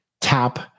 tap